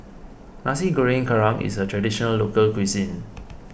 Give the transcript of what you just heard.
Nasi Goreng Kerang is a Traditional Local Cuisine